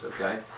okay